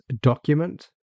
document